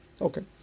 Okay